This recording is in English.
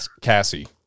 Cassie